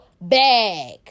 bag